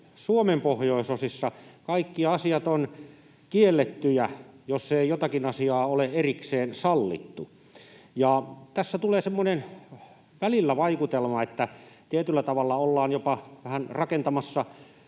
Suomen pohjoisosissa kaikki asiat ovat kiellettyjä, jos ei jotakin asiaa ole erikseen sallittu. Tässä tulee välillä semmoinen vaikutelma, että tietyllä tavalla ollaan jopa vähän rakentamassa,